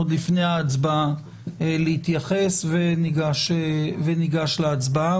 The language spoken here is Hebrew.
עוד לפני ההצבעה, להתייחס וניגש להצבעה.